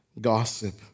gossip